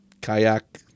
kayak